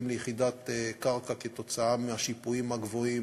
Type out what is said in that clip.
ליחידת קרקע כתוצאה מהשיפועים הגדולים,